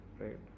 right